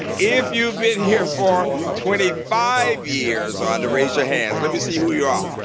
if you've been here for twenty five years or under, raise your hands. let me see who you are.